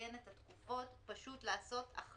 לציין את התקופות פשוט לעשות אחת